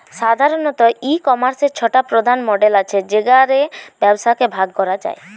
সাধারণত, ই কমার্সের ছটা প্রধান মডেল আছে যেগা রে ব্যবসাকে ভাগ করা যায়